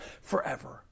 forever